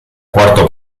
cuarto